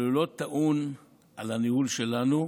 אבל הוא לא טעון על הניהול שלנו,